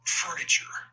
furniture